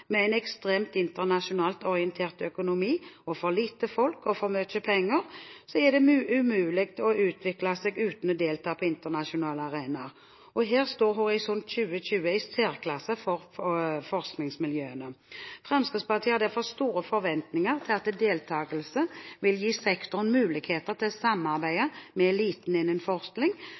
med en ekstremt internasjonalt orientert økonomi og for lite folk og for mye penger – er det umulig å utvikle seg uten å delta på internasjonale arenaer, og her står Horisont 2020 i særklasse for forskningsmiljøene. Fremskrittspartiet har derfor store forventinger til at deltagelse vil gi sektoren muligheter til å samarbeide med eliten innen forskning.